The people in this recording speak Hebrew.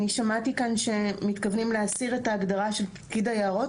אני שמעתי כאן שמתכוונים להסיר את ההגדרה של פקיד היערות.